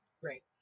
Great